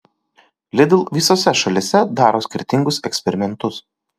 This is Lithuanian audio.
lidl visose šalyse daro skirtingus eksperimentus